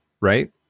right